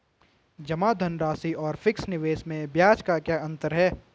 जमा धनराशि और फिक्स निवेश में ब्याज का क्या अंतर है?